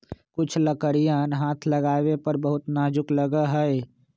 कुछ लकड़ियन हाथ लगावे पर बहुत नाजुक लगा हई